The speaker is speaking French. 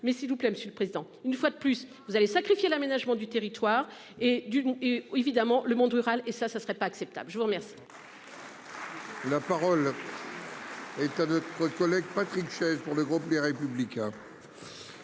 Mais s'il vous plaît, monsieur le président. Une fois de plus vous avez sacrifié l'aménagement du territoire et du et évidemment le monde rural et ça ça ne serait pas acceptable, je vous remercie.